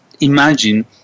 imagine